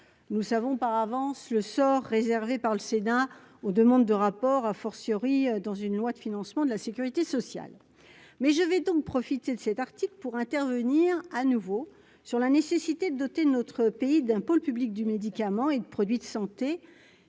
nous savons par avance le sort réservé par le Sénat, aux demandes de rapport, a fortiori dans une loi de financement de la Sécurité sociale, mais je vais donc profiter de cet article pour intervenir à nouveau sur la nécessité de doter notre pays d'un pôle public du médicament et des produits de santé